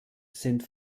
sind